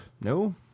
No